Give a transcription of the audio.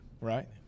right